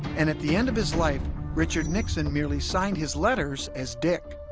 and at the end of his life richard nixon merely signed his letters as dick